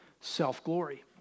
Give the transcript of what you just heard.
Self-glory